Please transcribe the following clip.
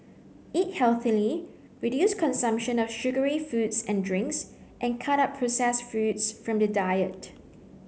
eat healthily reduce consumption of sugary foods and drinks and cut out processed foods from the diet